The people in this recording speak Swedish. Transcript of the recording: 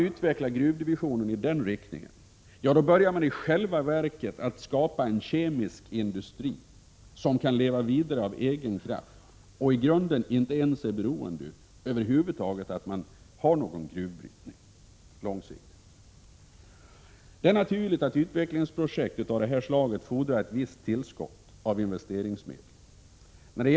Utvecklar man gruvdivisionen i den riktningen börjar man i själva verket att skapa en kemisk industri, som kan leva vidare av egen kraft och i grunden inte ens är beroende av gruvbrytning för sin långsiktiga utveckling. Det är naturligt att utvecklingsprojekt av det här slaget fordrar ett visst tillskott av investeringsmedel.